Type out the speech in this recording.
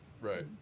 right